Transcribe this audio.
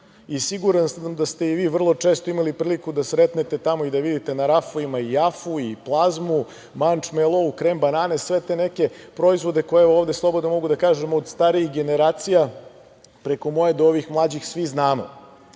Siguran sam da ste i vi vrlo često imali priliku da sretnete tamo i da vidite na rafovima i jafu i plazmu, mančmelo, krem bananicu i sve te neke proizvode koje ovde, slobodno mogu da kažem, od starijih generacija, preko moje, do ovih mlađih, svi znamo.